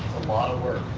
lot of work.